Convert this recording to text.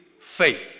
faith